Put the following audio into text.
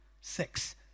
Six